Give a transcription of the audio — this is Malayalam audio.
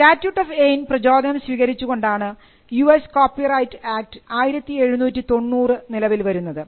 സ്റ്റാറ്റ്യൂട്ട് ഓഫ് ഏയ്ൻ പ്രചോദനം സ്വീകരിച്ചുകൊണ്ടാണ് U S copyright act 1790 നിലവിൽ വരുന്നത്